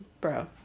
Bro